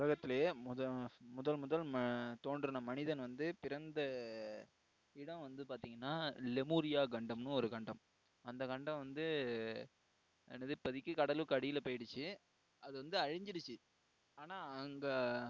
உலகத்துலேயே முதல் முதல் முதல் தோன்றின மனிதன் வந்து பிறந்த இடம் வந்து பார்த்திங்கனா லெமோரிய கண்டம்னு ஒரு கண்டம் அந்த கண்டன் வந்து என்னது இப்போதிக்கி கடலுக்கு அடியில் போய்டுச்சு அது வந்து அழிஞ்சுடுச்சி ஆனால் அங்கே